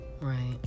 Right